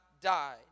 died